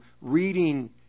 reading